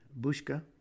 Bushka